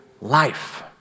life